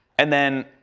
and then,